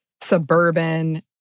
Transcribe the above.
suburban